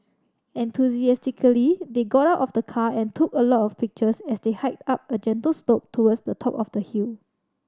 enthusiastically they got out of the car and took a lot of pictures as they hiked up a gentle slope towards the top of the hill